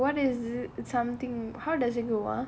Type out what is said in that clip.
what is something how does it go ah